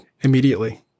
immediately